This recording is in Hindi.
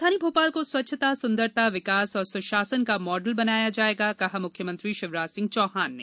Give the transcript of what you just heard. राजधानी भोपाल को स्वच्छता सुंदरता विकास और सुशासन का मॉडल बनाया जाएगा कहा मुख्यमंत्री शिवराज सिंह चौहान ने